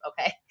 Okay